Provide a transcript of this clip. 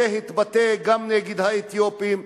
זה התבטא גם נגד האתיופים,